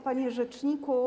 Panie Rzeczniku!